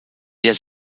der